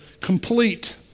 complete